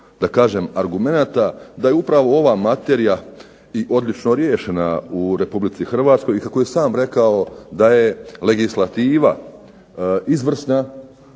da kažem argumenata da je upravo ova materija odlično riješena u Republici Hrvatskoj i kao što je sam rekao da je legislativa izvrsna,